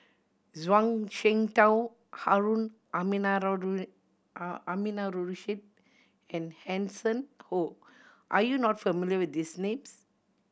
Zhuang Shengtao Harun Aminurrashid and Hanson Ho are you not familiar with these names